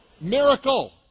Miracle